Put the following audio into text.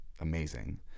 amazing